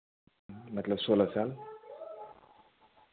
मतलब सोलह साल